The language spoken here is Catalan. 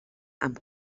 amb